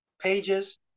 pages